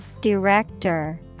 Director